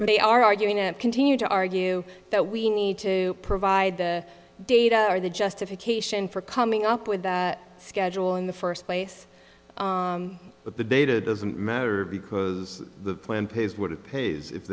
they are arguing and continue to argue that we need to provide the data or the justification for coming up with that schedule in the first place but the data doesn't matter because the plan pays what it pays if